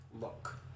look